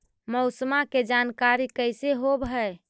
मौसमा के जानकारी कैसे होब है?